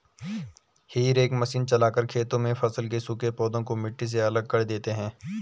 हेई rake machine चलाकर खेतों में फसल के सूखे पौधे को मिट्टी से अलग कर देते हैं